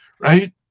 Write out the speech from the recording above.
right